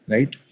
Right